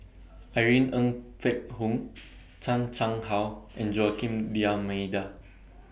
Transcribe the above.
Irene Ng Phek Hoong Chan Chang How and Joaquim D'almeida